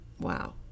Wow